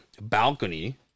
balcony